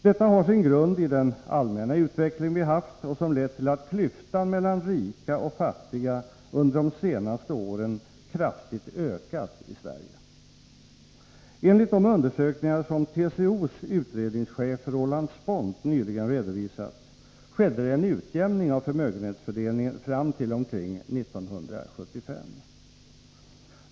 Detta har sin grund i den allmänna utveckling vi haft och som lett till att klyftan mellan rika och fattiga under de senaste åren kraftigt ökat i Sverige. Enligt de undersökningar som TCO:s utredningschef Roland Spånt nyligen redovisat skedde en utjämning av förmögenhetsfördelningen fram till omkring 1975.